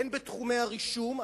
הן בתחומי הרישום,